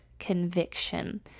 conviction